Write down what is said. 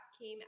came